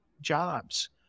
jobs